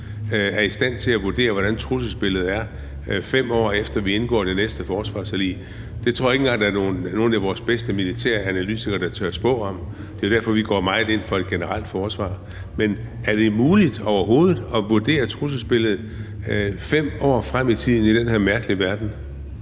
er i stand til at vurdere, hvordan trusselsbilledet er, 5 år inden vi indgår det næste forsvarsforlig, vil jeg sige, at det tror jeg ikke engang at der er nogen af vores bedste militære analytikere der tør spå om. Det er derfor, vi går meget ind for et generelt forsvar. Men er det overhovedet muligt at vurdere trusselsbilledet 5 år frem i tiden i den her mærkelige verden?